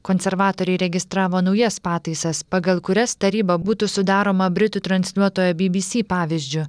konservatoriai įregistravo naujas pataisas pagal kurias taryba būtų sudaroma britų transliuotojo bybysy pavyzdžiu